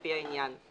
לפי העניין,